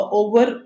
over